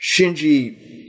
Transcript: Shinji